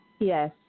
Yes